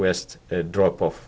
west drop off